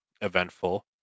eventful